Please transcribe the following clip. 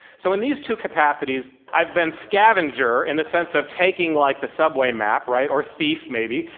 so in these two capacities, i've been scavenger, in the sense of taking, like, the subway map, right, or thief maybe,